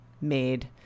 made